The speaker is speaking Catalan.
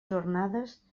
jornades